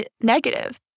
negative